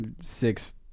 Six